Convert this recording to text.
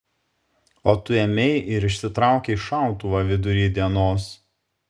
o tu ėmei ir išsitraukei šautuvą vidury dienos